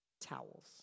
towels